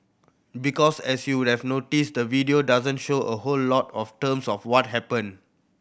because as you would have noticed the video doesn't show a whole lot of terms of what happened